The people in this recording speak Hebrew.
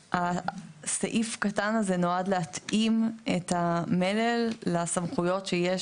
הסעיף הקטן הזה נועד להתאים את המלל לסמכויות שיש